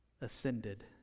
ascended